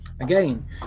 Again